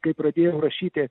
kai pradėjau rašyti